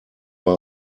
mal